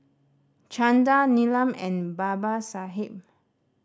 Chanda Neelam and Babasaheb